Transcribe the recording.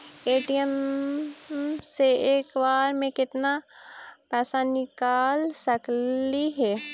ATM से एक बार मे केत्ना पैसा निकल सकली हे?